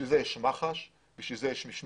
לשם כך יש את מח"ש, לשם כך יש משמעת.